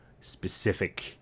specific